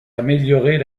améliorer